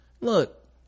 look